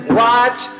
watch